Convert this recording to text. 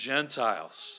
Gentiles